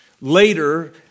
later